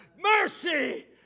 Mercy